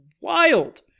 wild